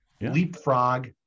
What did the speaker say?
leapfrog